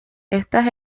estas